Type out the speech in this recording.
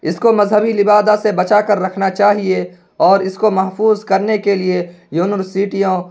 اس کو مذہبی لبادہ سے بچا کر رکھنا چاہیے اور اس کو محفوظ کرنے کے لیے یونیورسٹیوں